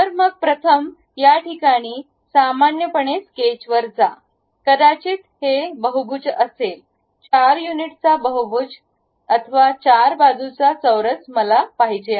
तर मग प्रथम या ठिकाणी सामान्यपणे स्केचवर जा कदाचित हे बहुभुज असेल 4 युनिटचा बहुभुज अथवा चार बाजू चा चौरस मला पाहिजे